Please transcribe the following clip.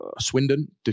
Swindon